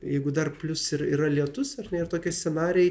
jeigu dar plius ir yra lietus ar ne ir tokie scenarijai